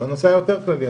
בנושא היותר כללי.